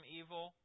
evil